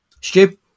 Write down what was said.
Stu